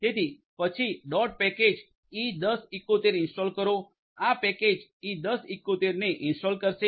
તેથી પછી dot package e1071 install કરો આ પેકેજ e1071ને ઇન્સ્ટોલ કરશે